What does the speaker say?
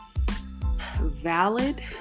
Valid